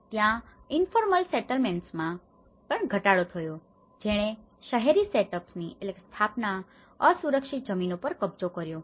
ત્યાં ઇન્ફોર્મલ સેટલમેન્ટસમાં informal settlements અનૌપચારિક વસાહતો પણ ઘટાડો થયો છે જેણે શહેરી સેટઅપની setup સ્થાપના અસુરક્ષિત જમીનો પર કબજો કર્યો હતો